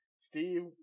steve